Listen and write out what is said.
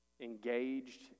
engaged